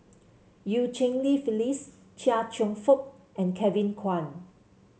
Eu Cheng Li Phyllis Chia Cheong Fook and Kevin Kwan